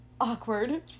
Awkward